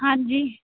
ਹਾਂਜੀ